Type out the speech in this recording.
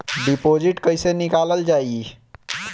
Deposit कैसे निकालल जाइ?